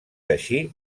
així